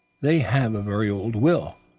they have a very old will,